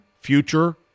future